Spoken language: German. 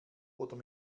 oder